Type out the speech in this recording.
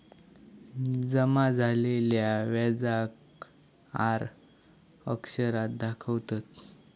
जमा झालेल्या व्याजाक आर अक्षरात दाखवतत